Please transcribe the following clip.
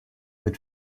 mit